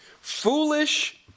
Foolish